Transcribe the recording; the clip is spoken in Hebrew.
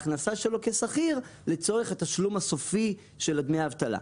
ההכנסה שלו כשכיר לצורך התשלום הסופי של דמי האבטלה,